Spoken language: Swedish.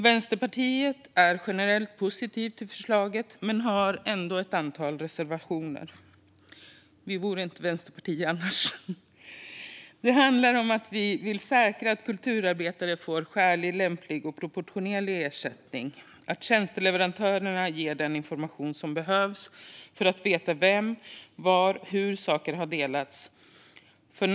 Vänsterpartiet är generellt positivt till förslaget men har ändå ett antal reservationer - annars vore vi inte ett vänsterparti. Det handlar om att vi vill säkra att kulturarbetare får skälig, lämplig och proportionerlig ersättning, att tjänsteleverantörerna ger den information som behövs för att veta vem som har delat saker och var och hur.